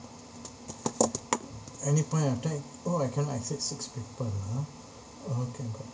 any point of time oh I cannot exceed six people ah oh okay got